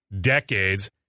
decades